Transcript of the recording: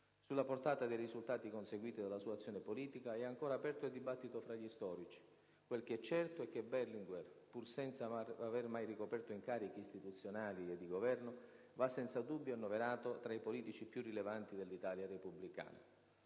Sulla portata dei risultati conseguiti dalla sua azione politica è ancora aperto il dibattito fra gli storici: quel che è certo è che Berlinguer, pur senza aver mai ricoperto incarichi istituzionali e di Governo, va senza dubbio annoverato tra i politici più rilevanti dell'Italia repubblicana.